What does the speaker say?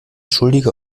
schuldige